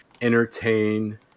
entertain